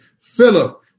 Philip